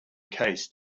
case